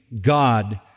God